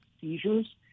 seizures